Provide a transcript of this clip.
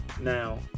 Now